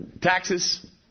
taxes